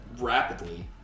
Rapidly